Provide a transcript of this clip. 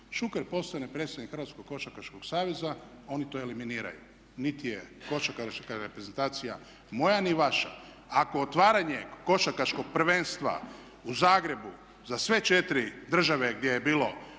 Šuker postane predsjednik Hrvatskog košarkaškog saveza i oni to eliminiraju. Niti je košarkaška reprezentacija moja ni vaša. Ako otvaranje košarkaškog prvenstva u Zagrebu za sve 4 države gdje je bilo